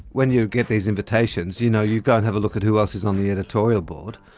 when you get these invitations, you know you go and have a look at who else is on the editorial board,